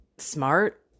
smart